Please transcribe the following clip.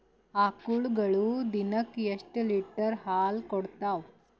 ಆಕಳುಗೊಳು ದಿನಕ್ಕ ಎಷ್ಟ ಲೀಟರ್ ಹಾಲ ಕುಡತಾವ?